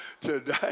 today